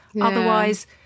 Otherwise